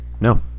No